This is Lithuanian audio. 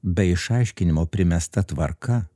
be išaiškinimo primesta tvarka